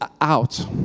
out